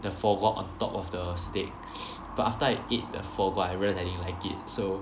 the foie gras on top of the steak but after I eat the foie gras I realise I didn't like it so